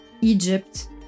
Egypt